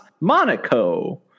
Monaco